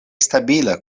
stabila